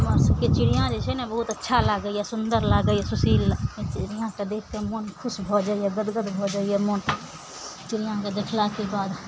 हमरा सभके चिड़ियाँ जे छै ने बहुत अच्छा लागइए सुन्दर लागइए सुशील ला चिड़ियाँके देखके मोन खुश भऽ जाइए गदगद भऽ जाइए मोन चिड़ियाँके देखलाके बाद